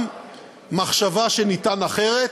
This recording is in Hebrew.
גם מחשבה שאפשר אחרת,